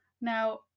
Now